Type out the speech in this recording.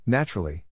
Naturally